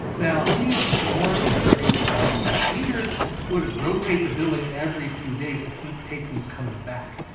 now these weren't great films theaters would rotate the billing every few days to keep patrons coming back.